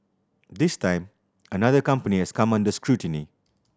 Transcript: this time another company has come under scrutiny